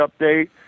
update